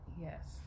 Yes